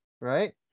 right